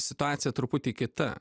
situacija truputį kita